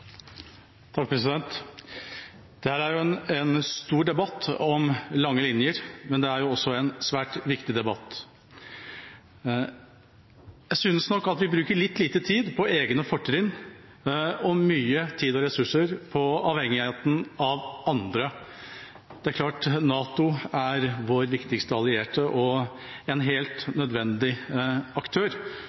også en svært viktig debatt. Jeg synes nok vi bruker litt lite tid på egne fortrinn og mye tid og ressurser på avhengigheten av andre. Det er klart NATO er vår viktigste allierte og en helt nødvendig aktør